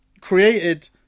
created